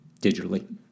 digitally